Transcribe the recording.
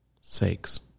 sakes